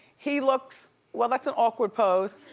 he looks, well, that's an awkward pose.